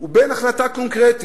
ובין החלטה קונקרטית,